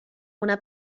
una